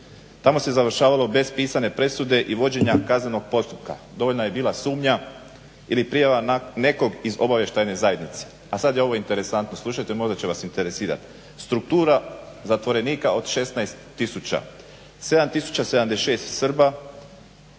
Tamo se završavalo bez pisane presude i vođenja kaznenog postupka. Dovoljna je bila sumnja ili prijava nekog iz obavještajne zajednice. A sad je ovo interesantno, slušajte možda će vas interesirati, struktura zatvorenika od 16 tisuća – 7 076 Srba,